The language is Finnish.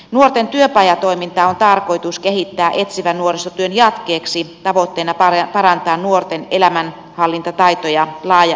nuorten työpajatoimintaa on tarkoitus kehittää etsivän nuorisotyön jatkeeksi tavoitteena parantaa nuorten elämänhallintataitoja laaja alaisesti